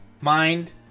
mind